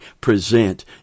present